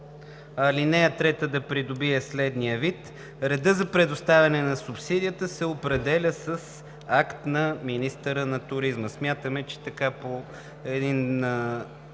Алинея трета да придобие следния вид: „Редът за предоставяне на субсидията се определя с акт на министъра на туризма.“ Смятаме, че така по един